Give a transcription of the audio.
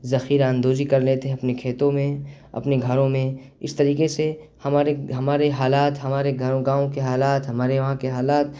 ذخیرہ اندوزی کر لیتے ہیں اپنے کھیتوں میں اپنے گھروں میں اس طریقے سے ہمارے ہمارے حالات ہمارے گھروں گاؤں کے حالات ہمارے وہاں کے حالات